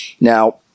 Now